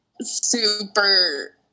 super